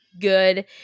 good